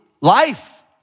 life